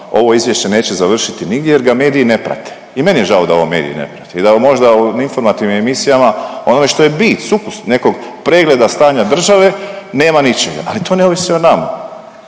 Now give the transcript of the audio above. ovo Izvješće neće završiti nigdje jer ga mediji ne prate i meni je žao da ovo mediji ne prate i da možda u informativnim emisijama o onome što je bit, sukus nekog pregleda stanja države nema ničega, ali to ne ovisi o nama.